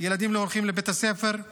ילדים לא הולכים לבית הספר,